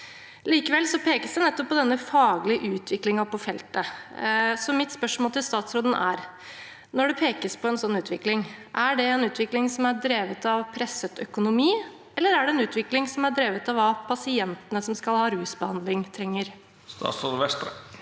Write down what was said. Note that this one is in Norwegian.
Likevel pekes det nettopp på denne faglige utviklingen på feltet. Mitt spørsmål til statsråden er: Når det pekes på en slik utvikling, er det en utvikling som er drevet av presset økonomi, eller er det en utvikling som er drevet av hva pasientene som skal ha rusbehandling, trenger? Statsråd Jan